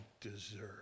deserve